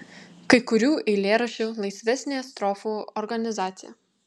kai kurių eilėraščių laisvesnė strofų organizacija